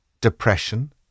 Depression